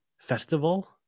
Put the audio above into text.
festival